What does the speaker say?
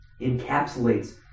encapsulates